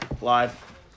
Live